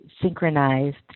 synchronized